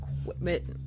equipment